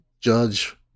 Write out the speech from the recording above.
judge